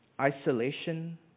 isolation